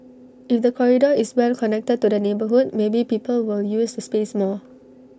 if the corridor is well connected to the neighbourhood maybe people will use the space more